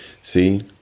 see